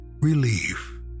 relief